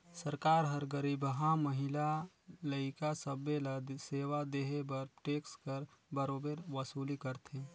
सरकार हर गरीबहा, महिला, लइका सब्बे ल सेवा देहे बर टेक्स कर बरोबेर वसूली करथे